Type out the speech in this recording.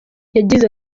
yagize